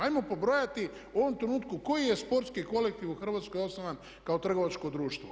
Ajmo pobrojati u ovom trenutku koji je sportski kolektiv u Hrvatskoj osnovan kao trgovačko društvo?